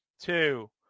Two